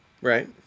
Right